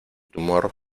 tumor